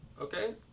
okay